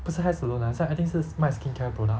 不是 hair salon lah 很像 I think 是卖 skin care product